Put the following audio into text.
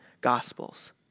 gospels